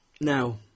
now